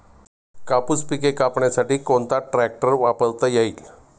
कापूस पिके कापण्यासाठी कोणता ट्रॅक्टर वापरता येईल?